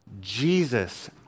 Jesus